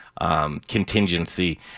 contingency